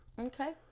Okay